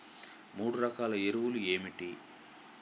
మూడు రకాల ఎరువులు ఏమిటి?